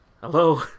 Hello